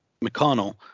McConnell